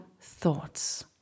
thoughts